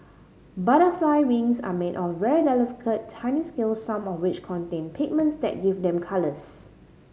butterfly wings are made of very delicate tiny scales some of which contain pigments that give them colours